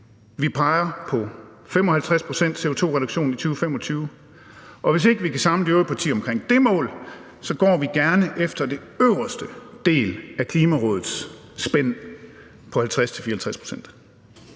Vi peger på 55 pct.s CO2-reduktion i 2025, og hvis vi ikke kan samle de øvrige partier omkring det mål, går vil gerne efter den øverste del af Klimarådets spænd på 50-54 pct.